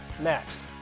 next